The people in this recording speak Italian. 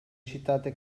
citate